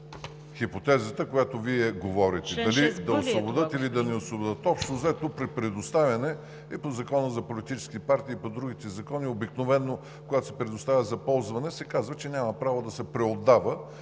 хипотезата, за която Вие говорите, дали да освободят, или да не освободят. Общо взето при предоставяне е по Закона за политическите партии. По другите закони обикновено когато се предоставя за ползване, се казва, че няма право да се преотдава